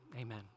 Amen